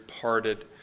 parted